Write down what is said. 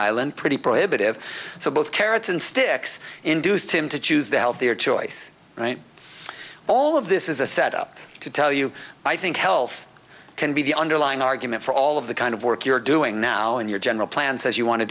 island pretty prohibitive so both carrots and sticks induced him to choose the healthier choices all of this is a setup to tell you i think health can be the underlying argument for all of the kind of work you're doing now and your general plan says you want to